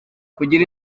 kugira